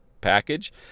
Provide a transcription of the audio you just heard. package